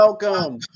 Welcome